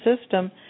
system